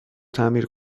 تعمیر